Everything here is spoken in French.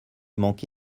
manque